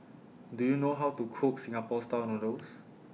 Do YOU know How to Cook Singapore Style Noodles